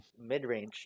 Midrange